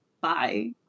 bye